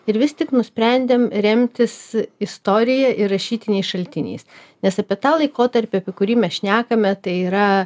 ir vis tik nusprendėm remtis istorija ir rašytiniais šaltiniais nes apie tą laikotarpį apie kurį mes šnekame tai yra